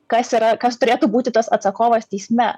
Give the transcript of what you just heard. kas yra kas turėtų būti tas atsakovas teisme